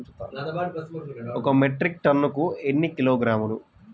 ఒక మెట్రిక్ టన్నుకు ఎన్ని కిలోగ్రాములు?